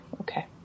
Okay